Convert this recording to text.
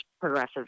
progressive